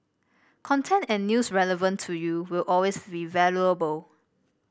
content and news relevant to you will always be valuable